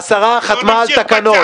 השרה חתמה על תקנות.